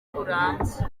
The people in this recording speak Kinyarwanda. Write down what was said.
burambye